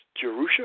Jerusha